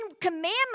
Commandments